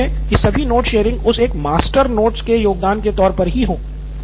हम चाहते हैं कि सभी नोट्स शेरिंग उस एक मास्टर नोट्स के योगदान के तौर पर ही हो